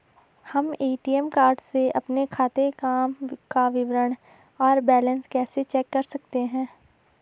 हम ATM card से अपने खाते काम विवरण और बैलेंस कैसे चेक कर सकते हैं?